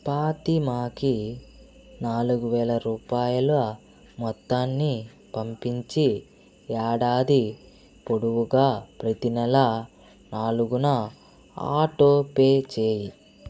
ఫాతిమాకి నాలుగు వేల రూపాయల మొత్తాన్ని పంపించి ఏడాది పొడువుగా ప్రతీ నెల నాలుగున ఆటో పే చెయ్యి